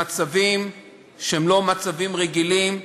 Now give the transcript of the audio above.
אלה מצבים שהם לא מצבים רגילים.